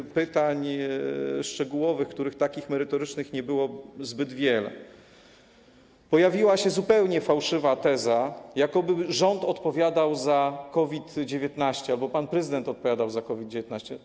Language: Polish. Co do pytań szczegółowych, w tym przypadku merytorycznych nie było zbyt wiele, pojawiła się zupełnie fałszywa teza, jakoby rząd odpowiadał za COVID-19 albo pan prezydent odpowiadał za COVID-19.